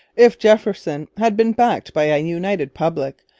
if jefferson had been backed by a united public,